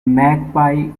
magpie